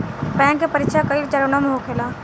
bank के परीक्षा कई चरणों में होखेला